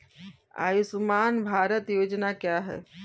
आयुष्मान भारत योजना क्या है?